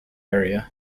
area